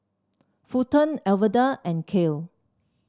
Fulton Alverda and Kael